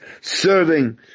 serving